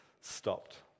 stopped